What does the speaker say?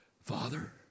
Father